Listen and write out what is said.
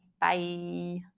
Bye